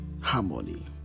harmony